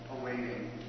awaiting